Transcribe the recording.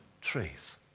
trees